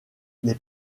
les